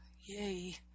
Yay